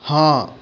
हाँ